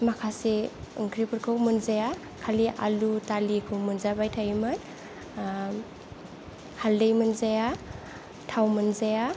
माखासे ओंख्रिफोरखौ मोनजाया खालि आलु दालिखौ मोनजाबाय थायोमोन हाल्दै मोनजाया थाव मोनजाया